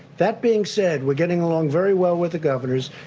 that being said, we're getting along very well with the governors,